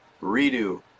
redo